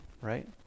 right